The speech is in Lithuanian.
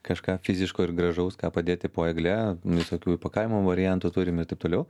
kažką fiziško ir gražaus ką padėti po egle visokių įpakavimo variantų turim ir taip toliau